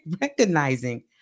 recognizing